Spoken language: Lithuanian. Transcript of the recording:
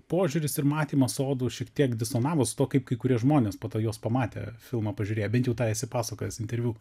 požiūris ir matymas sodų šiek tiek disonavo su tuo kaip kai kurie žmonės po to juos pamatę filmą pažiūrėjo bent jau tą esi pasakojęs interviu